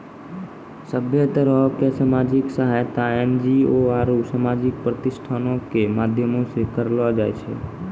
सभ्भे तरहो के समाजिक सहायता एन.जी.ओ आरु समाजिक प्रतिष्ठानो के माध्यमो से करलो जाय छै